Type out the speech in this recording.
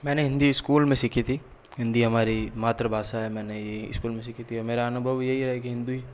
मैने हिंदी स्कूल में सीखी थी हिंदी हमारी मातृभाषा है मैंने ये स्कूल में सीखी थी और मेरा अनुभव यही रहा है की हिंदी